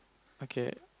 okay